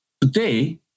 Today